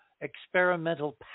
experimental